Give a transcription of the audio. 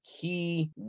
key